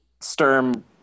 Sturm